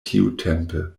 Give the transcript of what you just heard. tiutempe